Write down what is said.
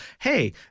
hey